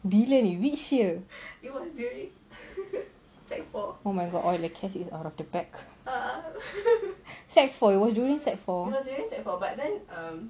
bila ni which year oh my god okay the cat is out of the bag secondary four it was during secondary four